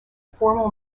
formal